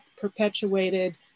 perpetuated